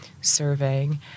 surveying